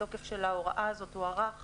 התוקף של ההוראה הזאת הוארך